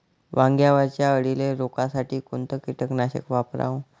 वांग्यावरच्या अळीले रोकासाठी कोनतं कीटकनाशक वापराव?